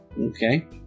Okay